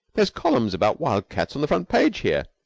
there's columns about wild-cats on the front page here!